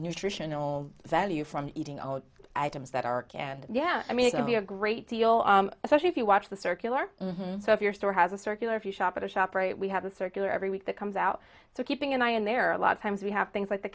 nutritional value from eating all items that are canned yeah i mean it can be a great deal especially if you watch the circular so if your store has a circular if you shop at a shop right we have a circular every week that comes out so keeping an eye and there are a lot of times we have things like the